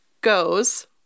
goes